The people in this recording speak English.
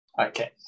Okay